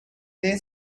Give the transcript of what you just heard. they